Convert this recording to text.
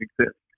exist